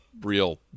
real